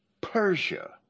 Persia